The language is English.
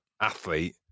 athlete